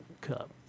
cup